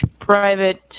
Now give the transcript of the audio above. private